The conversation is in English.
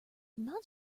not